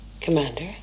Commander